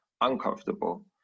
uncomfortable